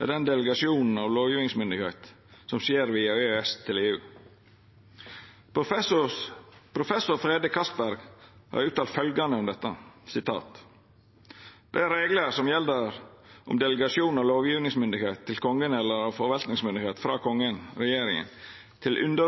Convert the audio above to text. er den delegeringa av lovgjevingsmyndigheit som skjer via EØS til EU. Professor Frede Castberg har uttalt om dette: «De regler som gjelder om delegasjon av lovgivningsmyndighet til Kongen eller av forvaltningsmyndighet fra Kongen til